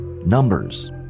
numbers